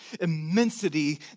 immensity